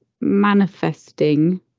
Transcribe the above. manifesting